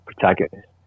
protagonist